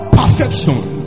perfection